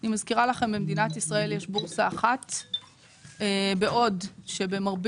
אני מזכירה שלמדינת ישראל יש בורסה אחת בעוד שבמרבית